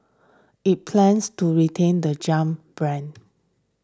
it plans to retain the jump brand